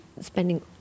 spending